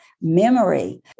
memory